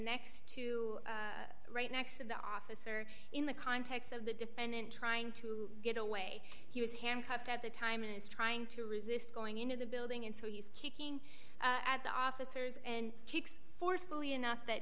next to right next to the officer in the context of the defendant trying to get away he was handcuffed at the time and is trying to resist going into the building and so he's kicking at the officers and kicks forcefully enough that